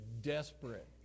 desperate